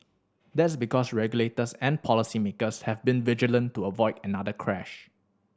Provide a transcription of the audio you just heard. that's because regulators and policy makers have been vigilant to avoid another crash